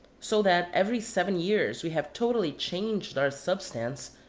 so that every seven years we have totally changed our substance,